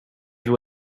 you